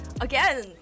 again